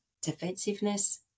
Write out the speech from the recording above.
defensiveness